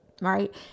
Right